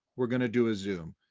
we're gonna do a zoom.